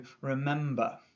remember